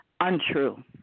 untrue